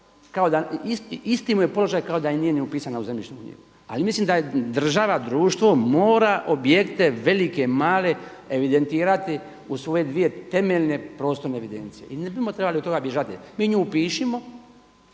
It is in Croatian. isti mu je položaj kao da i nije upisana u zemljišnu knjigu. Ali mislim da država, društvo mora objekte velike, male evidentirati u svoje dvije temeljne prostorne evidencije. I ne bismo trebali od toga bježati. Mi nju upišimo